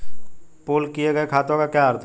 Pool किए गए खातों का क्या अर्थ है?